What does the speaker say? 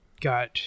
got